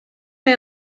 met